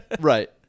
Right